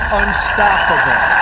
unstoppable